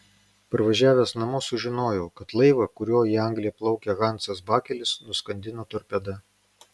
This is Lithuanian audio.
parvažiavęs namo sužinojau kad laivą kuriuo į angliją plaukė hansas bakelis nuskandino torpeda